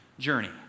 Journey